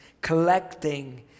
collecting